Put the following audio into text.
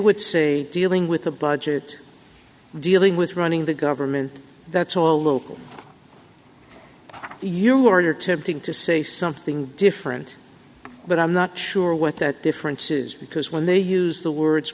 would say dealing with a budget dealing with running the government that's all local you order tipping to say something different but i'm not sure what that difference is because when they use the words